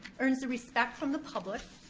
earns respect from the public,